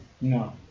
No